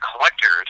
collectors